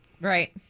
Right